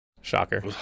shocker